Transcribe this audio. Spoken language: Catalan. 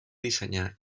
dissenyar